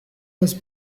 was